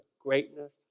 greatness